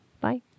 Bye